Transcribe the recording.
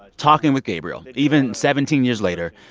talking with gabriel, even seventeen years later,